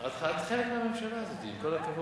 את חלק מהממשלה הזאת, עם כל הכבוד.